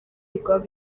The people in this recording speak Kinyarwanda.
rwa